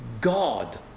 God